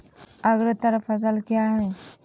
अग्रतर फसल क्या हैं?